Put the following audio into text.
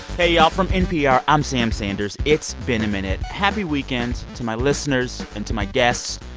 hey y'all. from npr, i'm sam sanders. it's been a minute. happy weekend to my listeners and to my guests.